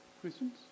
questions